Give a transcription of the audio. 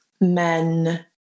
men